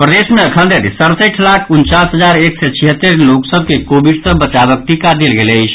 प्रदेश मे अखन धरि अड़सठि लाख उनचास हजार एक सय छिहत्तरि लोक सभ के कोविड सँ बचावक टीका देल गेल अछि